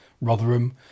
Rotherham